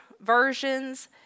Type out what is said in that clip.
versions